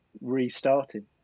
restarting